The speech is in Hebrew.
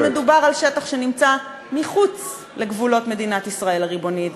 ולכן מדובר על שטח שנמצא מחוץ לגבולות מדינת ישראל הריבונית,